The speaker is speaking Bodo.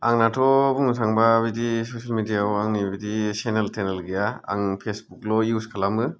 आंनाथ' बुंनो थाङोबा बिदि ससेल मिडिया याव आंनि बिदि सेनेल थेनेल गैया आं फेसबुक ल' इउस खालामो